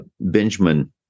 Benjamin